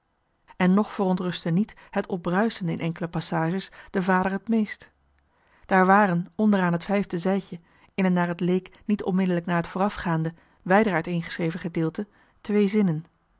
en nog verontrustte niet het opbruisende in enkele passages den vader het meest daar waren onder aan het vijfde zijdje in een wijder uiteen naar het leek niet onmiddellijk na het voorafgaande geschreven gedeelte twee zinnen